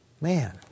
Man